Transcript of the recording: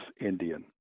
Indian